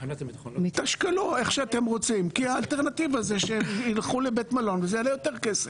כי האלטרנטיבה היא שהם ילכו לבית מלון וזה יהיה יותר יקר.